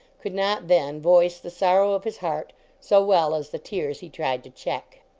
could not then voice the sor row of his heart so well as the tears he tried to check.